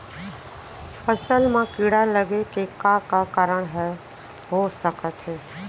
फसल म कीड़ा लगे के का का कारण ह हो सकथे?